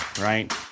right